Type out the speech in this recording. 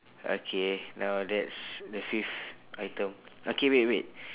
okay now that's the fifth item okay wait wait